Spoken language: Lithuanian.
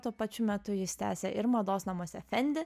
tuo pačiu metu jis tęsia ir mados namuose fendi